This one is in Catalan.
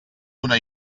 una